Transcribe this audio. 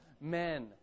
men